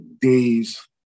days